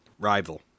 rival